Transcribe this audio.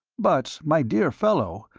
but, my dear fellow,